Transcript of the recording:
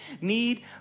need